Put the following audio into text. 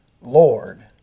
Lord